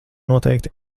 noteikti